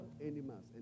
animals